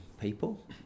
people